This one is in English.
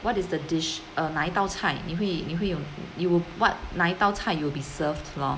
what is the dish err 哪一道菜你会你会有 you will what 哪一道菜 you will be served lor